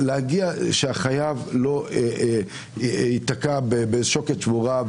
שהחייב לא יעמוד מול שוקת שבורה,